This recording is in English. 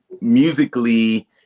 musically